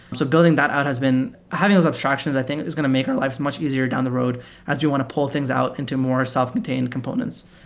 so building that out has been having those abstractions i think is going to make our lives much easier down the road as you want to pull things out into more self contained components.